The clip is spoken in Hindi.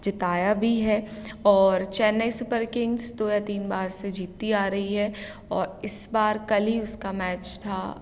जिताया भी है और चेन्नई सुपर किंग्स दो या तीन बार से जीतती आ रही है और इस बार कल ही उसका मैच था